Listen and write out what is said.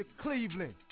Cleveland